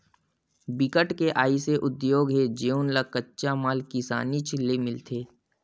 बिकट के अइसे उद्योग हे जउन ल कच्चा माल किसानीच ले मिलथे